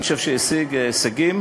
אני חושב שהשיג הישגים,